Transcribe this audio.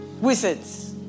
wizards